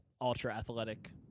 ultra-athletic